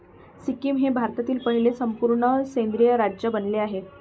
सिक्कीम हे भारतातील पहिले संपूर्ण सेंद्रिय राज्य बनले आहे